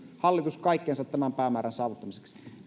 hallitus kaikkensa tämän päämäärän saavuttamiseksi